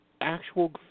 actual